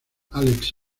álex